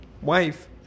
wife